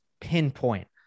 pinpoint